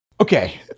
Okay